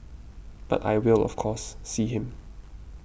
but I will of course see him